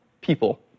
people